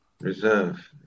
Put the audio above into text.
Reserve